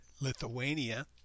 Lithuania